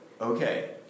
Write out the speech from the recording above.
Okay